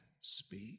speak